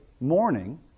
Morning